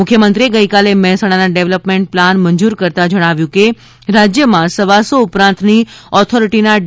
મુખ્યમંત્રીએ ગઇકાલે મહેસાણાના ડેવલપમેન્ટ પ્લાન મંજૂર કરતાં જણાવ્યું હતું કે રાજ્યમાં સવાસો ઉપરાંતની ઓથોરીટીના ડી